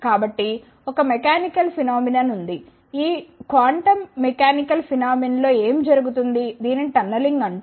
కాబట్టి ఒక mechanical phenomenon ఉంది ఈ క్వాంటం మెకానికల్ ఫెనొమెనొన్ లో జరుగుతుంది దీనిని టన్నెలింగ్ అంటారు